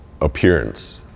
appearance